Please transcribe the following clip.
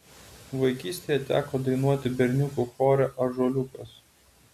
vaikystėje teko dainuoti berniukų chore ąžuoliukas